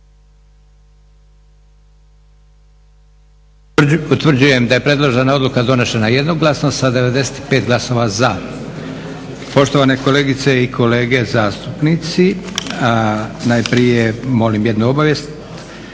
Utvrđujem da je predložena odluka donešena jednoglasno sa 95 glasa za. Poštovane kolegice i kolege zastupnici, najprije molim jednu obavijest,